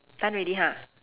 done already ha